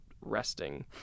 resting